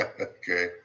okay